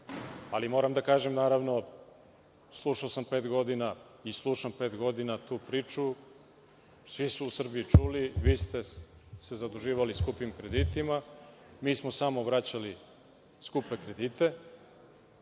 moram da kažem, naravno, slušao sam pet godina i slušam pet godina tu priču, svi su u Srbiji čuli. Vi ste se zaduživali skupim kreditima, mi smo samo vraćali skupe kredite,